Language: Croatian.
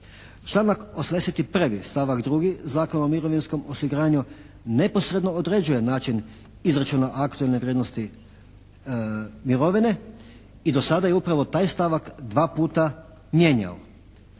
Članak 81. stavak 2. Zakona o mirovinskom osiguranju neposredno određuje način izračuna aktualne vrijednosti mirovine i do sada je upravo taj stavak dva puta mijenjao,